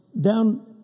down